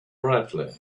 brightly